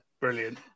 Brilliant